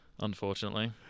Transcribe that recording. Unfortunately